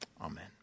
Amen